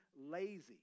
lazy